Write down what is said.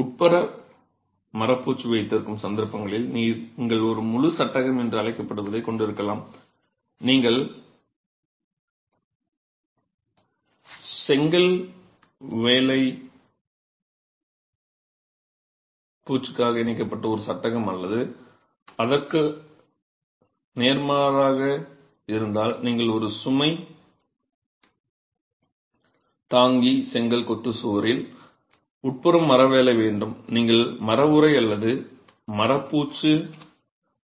உட்புற மர பூச்சு வைத்திருக்கும் சந்தர்ப்பங்களில் நீங்கள் ஒரு முழு சட்டகம் என்று அழைக்கப்படும் ஒன்று கொண்டிருக்கலாம் செங்கல் வேலை வெளிப்புறத்தில் ஒரு செங்கல் பூச்சுக்காக இணைக்கப்பட்ட ஒரு சட்டகம் அல்லது அதற்கு நேர்மாறாக இருந்தால் நீங்கள் ஒரு சுமை தாங்கி செங்கல் கொத்து சுவரில் உட்புறம் மர வேலை வேண்டும் நீங்கள் மர உறை அல்லது மர பூச்சு